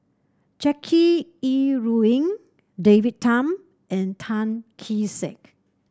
Jackie Yi Ru Ying David Tham and Tan Kee Sek